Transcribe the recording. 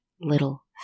little